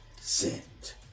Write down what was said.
sent